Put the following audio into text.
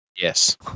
Yes